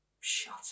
Shut